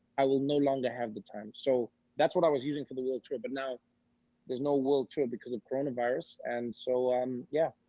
i will no longer have the time, so that's what i was using for the world tour. but now there's no world tour because of coronavirus. and so, um yeah,